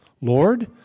Lord